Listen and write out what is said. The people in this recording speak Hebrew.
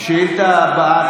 השאילתה הבאה,